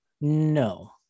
No